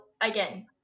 again